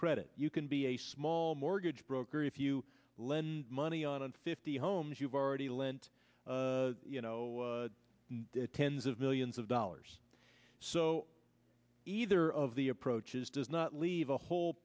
credit you can be a small mortgage broker if you lend money on fifty homes you've already lent you know tens of millions of dollars so either of the approaches does not leave a whole